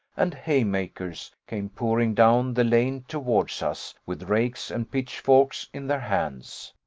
and haymakers, came pouring down the lane towards us, with rakes and pitchforks in their hands.